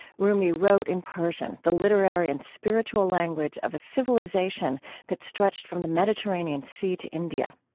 rumi wrote in persian, the literary and spiritual language of a civilization that stretched from the mediterranean sea to india.